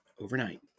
overnight